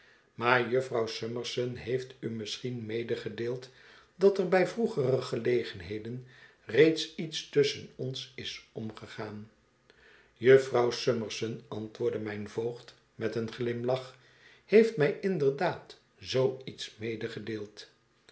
maar jufvrouw summerson heeft u misschien medegedeeld dat er bij vroegere gelegenheden reeds iets tusschen ons is omgegaan jufvrouw summerson antwoordde mijn voogd met een glimlach heeft mij inderdaad zoo iets